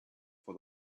for